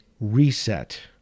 Reset